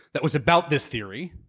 that was about this theory.